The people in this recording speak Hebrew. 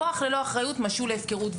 כוח ללא אחריות משול להפקרות,